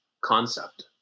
concept